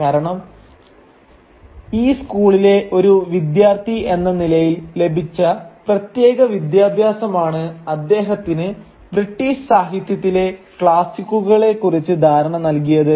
കാരണം ഈ സ്കൂളിലെ ഒരു വിദ്യാർത്ഥി എന്ന നിലയിൽ ലഭിച്ച പ്രത്യേക വിദ്യാഭ്യാസമാണ് അദ്ദേഹത്തിന് ബ്രിട്ടീഷ് സാഹിത്യത്തിലെ ക്ലാസ്സിക്കുകളെ കുറിച്ചുള്ള ധാരണ നൽകിയത്